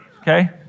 Okay